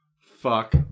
Fuck